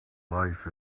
life